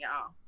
y'all